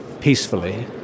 peacefully